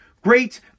Great